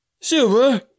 Silver